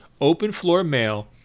openfloormail